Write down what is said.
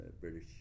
British